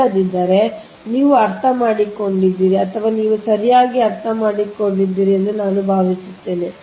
ಇಲ್ಲದಿದ್ದರೆ ನೀವು ಅರ್ಥಮಾಡಿಕೊಂಡಿದ್ದೀರಿ ಅಥವಾ ನೀವು ಸರಿಯಾಗಿ ಅರ್ಥಮಾಡಿಕೊಂಡಿದ್ದೀರಿ ಎಂದು ನಾನು ಭಾವಿಸುತ್ತೇನೆ